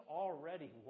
already